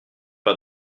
pas